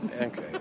Okay